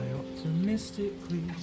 optimistically